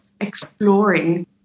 exploring